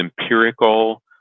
empirical